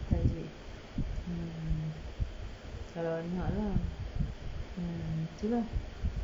tajwid hmm kalau nak lah hmm tu lah